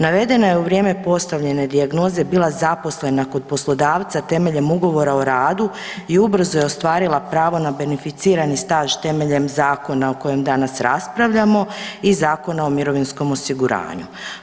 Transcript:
Navedena je u vrijeme postavljene dijagnoze bila zaposlena kod poslodavca temeljem Ugovora o radu i ubrzo je ostvarila pravo na beneficirani staž temeljem zakona o kojem danas raspravljamo i Zakona o mirovinskom osiguranju.